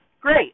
Great